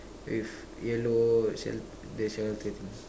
with yellow shell~ the shelter thing